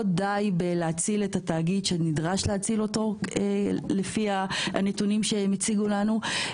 לא די בלהציל את התאגיד שנדרש להציל אותו לפי הנתונים שהם הציגו לנו,